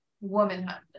Womanhood